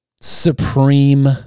supreme